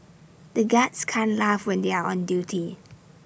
the guards can't laugh when they are on duty